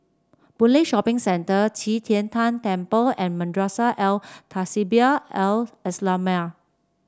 Boon Lay Shopping Centre Qi Tian Tan Temple and Madrasah Al Tahzibiah Al Islamiah